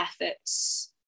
efforts